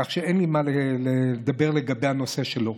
כך שאין לי מה לדבר לגבי הנושא שלו.